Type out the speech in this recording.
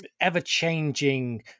ever-changing